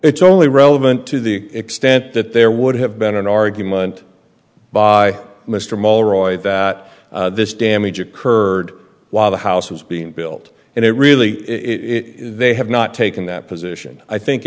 it's only relevant to the extent that there would have been an argument by mr maule roy that this damage occurred while the house was being built and it really it they have not taken that position i think